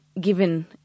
given